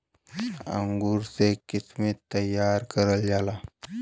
अंगूर से किशमिश तइयार करल जाला